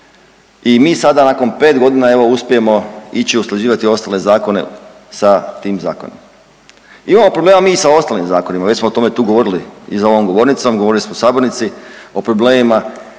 i mi sada nakon 5.g. evo uspijemo ići usklađivati ostale zakone sa tim zakonom. Imamo problema mi i sa ostalim zakonima, već smo o tome tu govorili i za ovom govornicom, govorili smo u sabornici o problemima